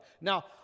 Now